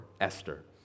Esther